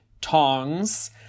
tongs